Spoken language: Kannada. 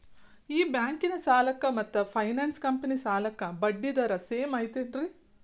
ಈ ಬ್ಯಾಂಕಿನ ಸಾಲಕ್ಕ ಮತ್ತ ಫೈನಾನ್ಸ್ ಕಂಪನಿ ಸಾಲಕ್ಕ ಬಡ್ಡಿ ದರ ಸೇಮ್ ಐತೇನ್ರೇ?